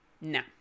no